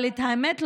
אבל האמת,